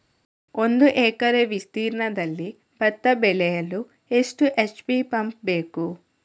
ಒಂದುಎಕರೆ ವಿಸ್ತೀರ್ಣದಲ್ಲಿ ಭತ್ತ ಬೆಳೆಯಲು ಎಷ್ಟು ಎಚ್.ಪಿ ಪಂಪ್ ಬೇಕು?